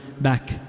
back